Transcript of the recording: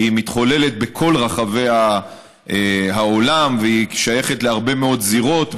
מתחוללת בכל רחבי העולם והיא שייכת להרבה מאוד זירות,